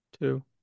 two